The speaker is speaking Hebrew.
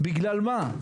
בגלל מה?